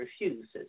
refuses